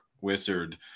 Wizard